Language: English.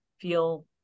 feel